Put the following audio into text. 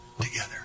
together